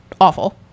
awful